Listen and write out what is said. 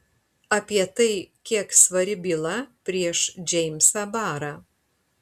apie tai kiek svari byla prieš džeimsą barą